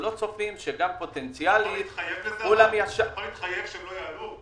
אתה יכול להתחייב שהם לא יעלו?